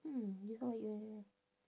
hmm